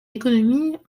l’économie